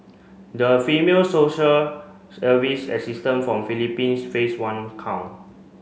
the female social service assistant from Philippines face one count